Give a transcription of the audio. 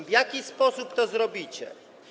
W jaki sposób to zrobicie?